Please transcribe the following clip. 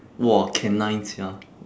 !wah! canine sia